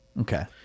Okay